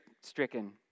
stricken